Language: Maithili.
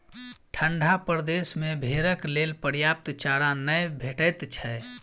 ठंढा प्रदेश मे भेंड़क लेल पर्याप्त चारा नै भेटैत छै